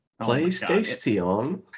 PlayStation